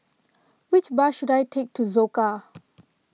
which bus should I take to Soka